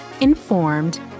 informed